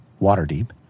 Waterdeep